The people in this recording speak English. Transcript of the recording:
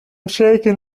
shaken